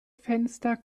fenster